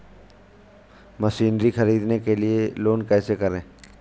Machinery ख़रीदने के लिए लोन कैसे करें?